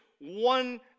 one